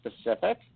specific